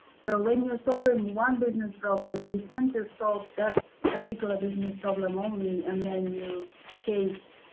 so when you're solving one business problem, you tend to solve that particular business problem only, and then you change.